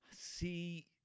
See